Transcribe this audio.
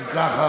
אם כך,